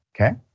Okay